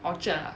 orchid ah